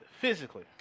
Physically